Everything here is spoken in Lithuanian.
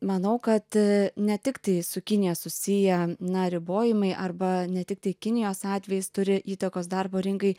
manau kad ne tiktai su kinija susiję na ribojimai arba ne tiktai kinijos atvejis turi įtakos darbo rinkai